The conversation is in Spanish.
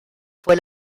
fue